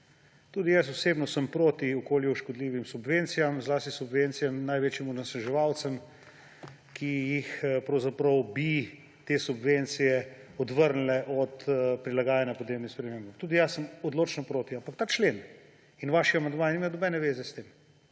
Tudi jaz osebno sem proti okolju škodljivim subvencijam, zlasti subvencijam največjem onesnaževalcem, ki bi jih pravzaprav te subvencije odvrnile od prilagajanja podnebnim spremembam. Tudi jaz sem odločno proti. Ampak ta člen in vaši amandmaji nimajo nobene zveze s tem.